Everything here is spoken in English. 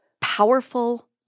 powerful